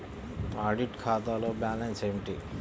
Audit ఖాతాలో balance ఏమిటీ?